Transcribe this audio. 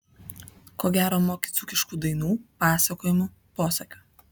ko gero moki dzūkiškų dainų pasakojimų posakių